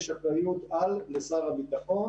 יש אחריות-על לשר הביטחון.